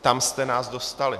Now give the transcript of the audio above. Tam jste nás dostali.